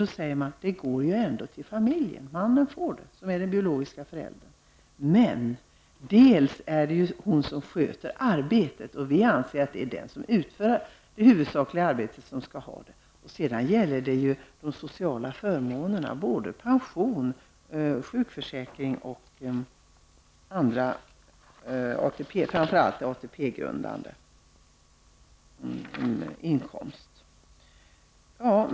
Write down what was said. Då säger man att det ändå går till familjen, mannen, som är den biologiske föräldern, får det. Det är dock kvinnan som sköter arbetet. Vi anser att det är den som utför det huvudsakliga arbetet som skall ha bidraget. Sedan gäller det sociala förmåner -- sjukförsäkring, pension och framför allt ATP-grundande inkomster.